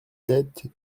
sept